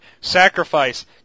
sacrifice